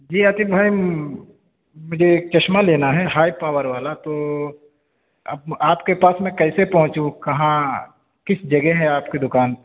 جی لطیف بھائی مجھے ایک چشمہ لینا ہے ہائی پاور والا تو اب آپ کے پاس میں کیسے پہنچوں کہاں کس جگہ ہے آپ کی دوکان